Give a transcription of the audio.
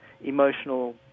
emotional